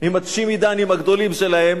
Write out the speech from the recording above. עם הצ'ימידנים הגדולים שלהם